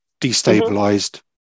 destabilized